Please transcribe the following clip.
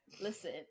listen